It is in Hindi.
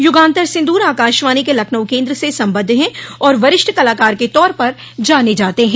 यूगान्तर सिन्दूर आकाशवाणी के लखनऊ केन्द्र से सम्बद्ध हैं और वरिष्ठ कलाकार के तौर पर जाने जाते हैं